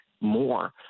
more